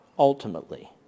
Ultimately